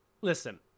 Listen